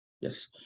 yes